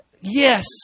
yes